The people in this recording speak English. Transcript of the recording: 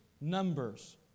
numbers